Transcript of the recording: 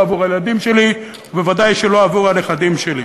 לא עבור הילדים שלי ובוודאי שלא עבור הנכדים שלי.